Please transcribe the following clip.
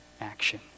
action